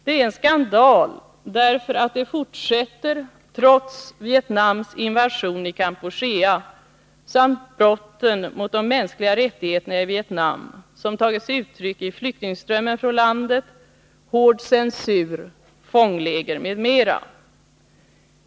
Det är en skandal därför att det fortsätter trots Vietnams invasion i Kampuchea och brotten mot de mänskliga rättigheterna i Vietnam, som tagit sig uttryck i flyktingströmmen från landet, hård censur, fångläger m.m.